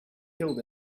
killed